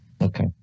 Okay